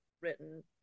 written